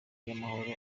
y’amahoro